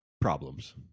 problems